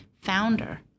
founder